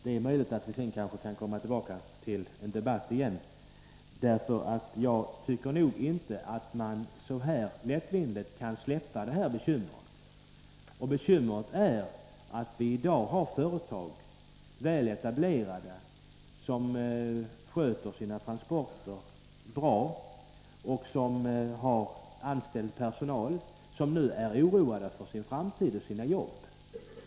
Det är möjligt att vi sedan kan komma tillbaka, för jag tycker inte att man så här lättvindigt kan släppa bekymret. Och bekymret är att vi i dag har väl etablerade företag som sköter sina transporter bra och som har anställd personal, som nu är oroad för sin framtid och sina jobb.